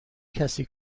کسی